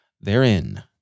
therein